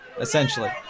essentially